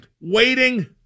waiting